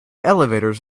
elevators